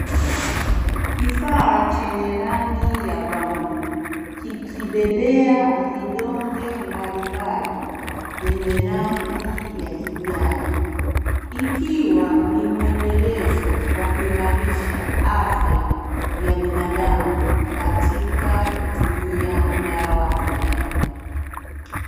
Kifaa chenye rangi ya brauni kikibebea vidonge mbalimbali vyenye rangi ya kijani ikiwa ni muendelezo wa kuimalisha afya ya binadamu katika kutumia dawa za jadi.